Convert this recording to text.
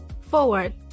forward